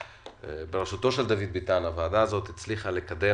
הועדה הזאת בראשותו של דוד ביטן הצליחה לקדם